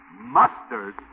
Mustard